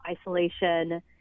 isolation